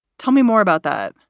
tell me more about that.